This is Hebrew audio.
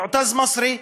מועתז מסרי,